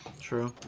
True